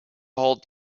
holds